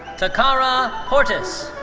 takara portis.